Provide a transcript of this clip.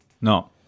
No